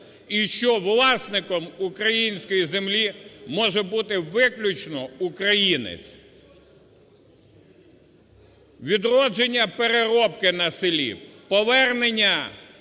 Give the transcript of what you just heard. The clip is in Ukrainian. і що власником української землі може бути виключно українець. Відродження переробки на селі, повернення